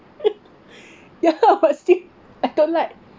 ya but still I don't like